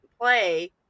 play